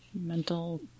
mental